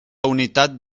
unitat